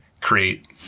create